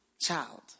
child